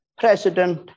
President